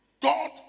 God